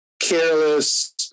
careless